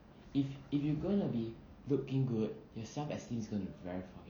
if if you gonna be looking good your self esteem is going to be very fucking high